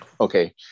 okay